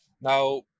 Now